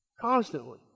constantly